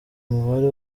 umubare